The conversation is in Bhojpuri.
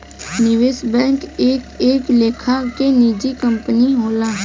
निवेश बैंक एक एक लेखा के निजी कंपनी होला